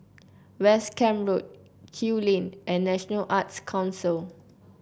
West Camp Road Kew Lane and National Arts Council